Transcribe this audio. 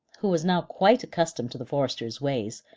who was now quite accustomed to the foresters' ways,